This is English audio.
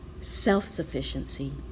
self-sufficiency